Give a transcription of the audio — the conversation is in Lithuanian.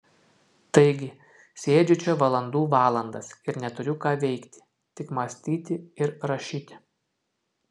taigi sėdžiu čia valandų valandas ir neturiu ką veikti tik mąstyti ir rašyti